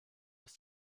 ist